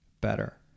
better